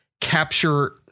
capture